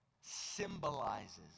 symbolizes